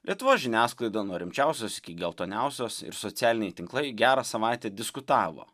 lietuvos žiniasklaida nuo rimčiausios geltoniausios ir socialiniai tinklai gerą savaitę diskutavo